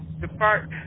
depart